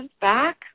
back